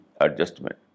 adjustment